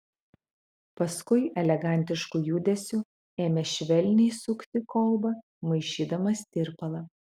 paskui elegantišku judesiu ėmė švelniai sukti kolbą maišydamas tirpalą